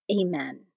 Amen